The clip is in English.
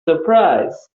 surprise